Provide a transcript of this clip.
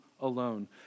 alone